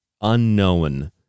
unknown